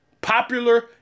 popular